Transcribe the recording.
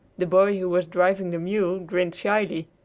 the boy who was driving the mule grinned shyly.